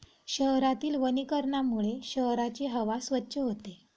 शहरातील वनीकरणामुळे शहराची हवा स्वच्छ होते